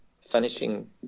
finishing